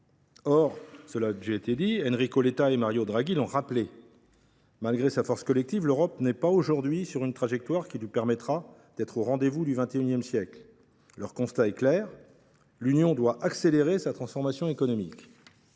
être relevé. Or Enrico Letta et Mario Draghi l’ont rappelé : malgré sa force collective, l’Europe n’est pas aujourd’hui sur une trajectoire qui lui permettra d’être au rendez vous du XXI siècle. Leur constat est clair : l’Union européenne doit accélérer sa transformation économique.